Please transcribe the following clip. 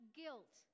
guilt